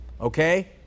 okay